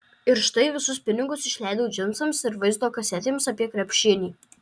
ir štai visus pinigus išleidau džinsams ir vaizdo kasetėms apie krepšinį